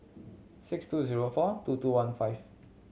six two zero four two two one five